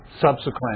subsequent